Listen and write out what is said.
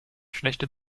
schlechte